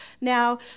Now